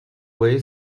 way